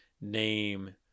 name